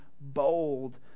bold